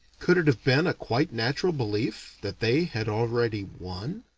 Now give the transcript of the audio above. could it have been a quite natural belief that they had already won?